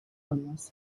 almost